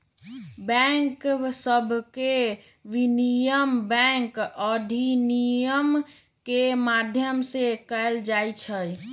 bank सभके विनियमन bank अधिनियम के माध्यम से कएल जाइ छइ